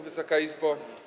Wysoka Izbo!